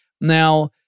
Now